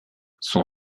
son